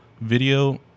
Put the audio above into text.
video